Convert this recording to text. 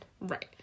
Right